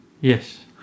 Yes